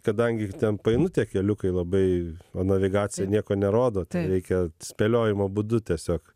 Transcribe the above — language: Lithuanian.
kadangi ten painu tie keliukai labai o navigacija nieko nerodo ten reikia spėliojimo būdu tiesiog